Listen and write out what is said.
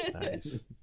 Nice